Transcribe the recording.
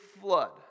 flood